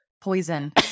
poison